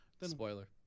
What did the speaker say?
Spoiler